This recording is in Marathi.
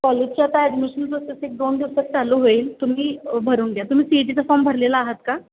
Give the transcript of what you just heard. कॉलेजचे आता ॲडमिशन प्रोसेस एक दोन दिवसात चालू होईल तुम्ही भरून द्या तुम्ही सी ई टीचा फॉर्म भरलेला आहात का